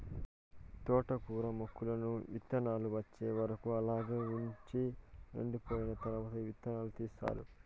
తోటకూర మొక్కలను ఇత్తానాలు వచ్చే వరకు అలాగే వుంచి ఎండిపోయిన తరవాత ఇత్తనాలను తీస్తారు